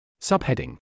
Subheading